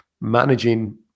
managing